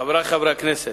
חברי חברי הכנסת,